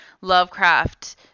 Lovecraft